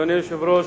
אדוני היושב-ראש,